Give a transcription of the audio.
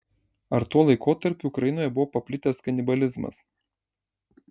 ar tuo laikotarpiu ukrainoje buvo paplitęs kanibalizmas